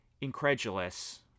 incredulous